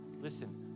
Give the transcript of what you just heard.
listen